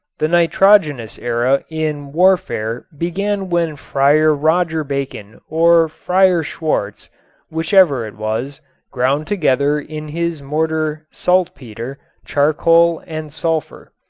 the nitrogenous era in warfare began when friar roger bacon or friar schwartz whichever it was ground together in his mortar saltpeter, charcoal and sulfur.